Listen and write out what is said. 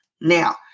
now